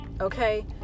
okay